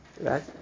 Right